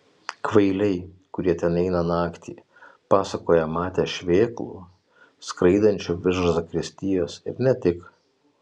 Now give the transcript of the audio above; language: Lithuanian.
kvailiai kurie ten eina naktį pasakoja matę šmėklų skraidančių virš zakristijos ir ne tik